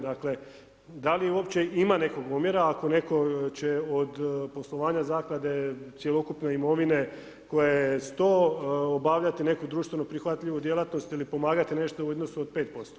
Dakle, da li uopće ima nekog omjera ako netko će od poslovanja zaklade cjelokupne imovine, koja je 100 obavljati neku društvenu prihvatljivu djelatnost, ili pomagati nešto u iznosu od 5%